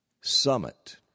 summit